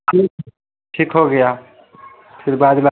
ठीक ठीक हो गया फ़िर बाद में